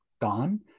gone